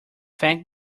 thank